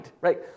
right